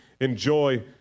enjoy